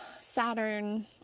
Saturn